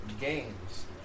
Games